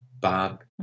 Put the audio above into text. Bob